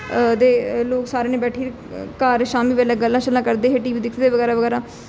दे लोक सारे जने बैठियै घर शामी बेल्लै गल्लां शल्लां करदे हे टी वी दिखदे बगैरा बगैरा